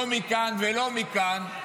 לא מכאן ולא מכאן,